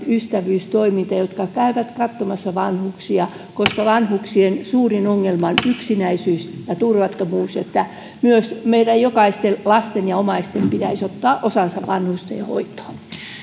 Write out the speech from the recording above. ystävyystoiminta jotka käyvät katsomassa vanhuksia koska vanhuksien suurin ongelma on yksinäisyys ja turvattomuus myös meidän jokaisen lasten ja omaisten pitäisi ottaa osaa vanhustenhoitoon